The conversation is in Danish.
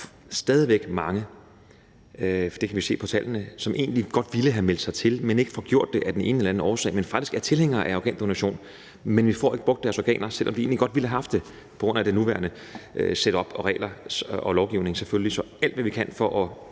stadig væk er mange – for det kan vi se på tallene – som egentlig godt ville have meldt sig til, men ikke får gjort det af den ene eller anden årsag, men som faktisk er tilhængere af organdonation, men vi får ikke brugt deres organer, selv om vi egentlig godt ville have gjort det, på grund af det nuværende setup af regler og lovgivning. Så alt, hvad vi kan gøre